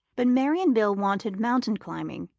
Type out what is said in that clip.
but mary and bill wanted mountain-climbing,